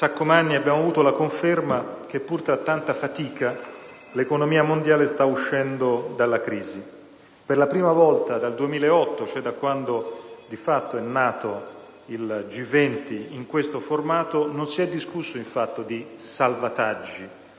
Saccomanni, abbiamo avuto la conferma che, pur tra tanta fatica, l'economia mondiale sta uscendo dalla crisi. Per la prima volta dal 2008, cioè da quando di fatto è nato il G20 in questo formato, non si è discusso infatti di salvataggi,